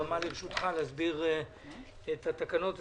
הבמה לרשותך להסביר את התקנות,